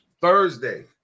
Thursday